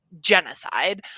genocide